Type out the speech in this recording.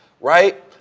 Right